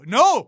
no